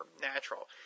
natural